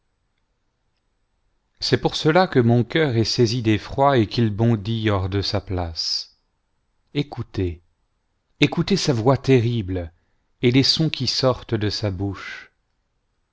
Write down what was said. c'est four cela que mon cœur est saisi d'effroi et qu'il bondit hors de sa place écoutez écoutez sa voix terrible et les sons qui sortent de sa bouche